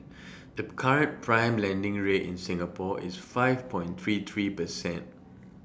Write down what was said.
the current prime lending rate in Singapore is five point three three percent